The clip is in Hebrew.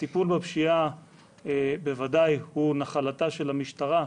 הטיפול בפשיעה בוודאי הוא נחלתה של המשטרה,